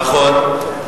נכון.